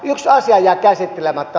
yksi asia jäi käsittelemättä